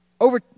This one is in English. over